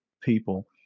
people